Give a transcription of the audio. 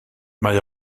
mae